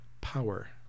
power